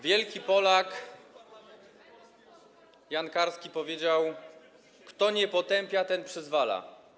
Wielki Polak Jan Karski powiedział: Kto nie potępia, ten przyzwala.